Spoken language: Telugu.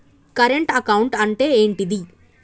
కరెంట్ అకౌంట్ అంటే ఏంటిది?